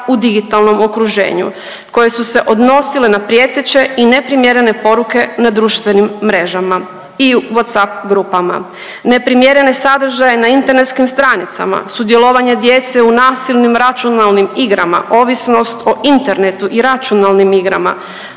u digitalnom okruženju koje su se odnosile na prijeteće i neprimjerene poruke na društvenim mrežama i Whatsapp grupama, neprimjerene sadržaje na internetskim stanicama, sudjelovanje djece u nasilnim računalnim igrama, ovisnost o internetu i računalnim igrama,